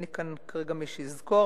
אין לי כאן כרגע מי שיזכור,